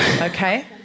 Okay